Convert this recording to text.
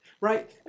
Right